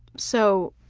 so,